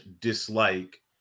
dislike